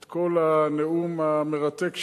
את כל הנאום המרתק שלהם,